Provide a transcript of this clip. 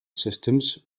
systems